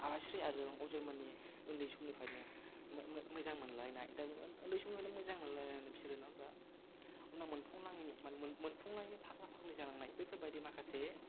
आलायस्रि आरो अजयमोननि ओन्दै समनिफ्रायनो मोजां मोनलायनाय उन्दै समनिफ्रायनो मोजां मोनलायनाय बिसोरो नङा हम्बा उनाव मोनफुंलाङैनि माने मोनफुंलाङैनि फाग्ला फाग्लि जालांनाय बैफोरबायदि माखासे